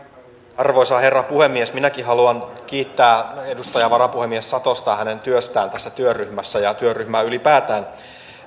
arvoisa herra puhemies minäkin haluan kiittää edustaja varapuhemies satosta hänen työstään tässä työryhmässä ja työryhmää ylipäätään